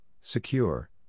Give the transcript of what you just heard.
secure